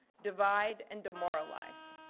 divide and demoralize.